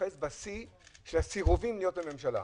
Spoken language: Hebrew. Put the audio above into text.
אוחז בשיא של הסירובים להיות בממשלה,